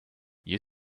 you